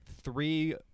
three